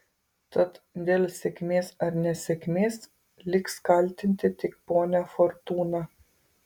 tad dėl sėkmės ar nesėkmės liks kaltinti tik ponią fortūną